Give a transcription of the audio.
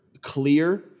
clear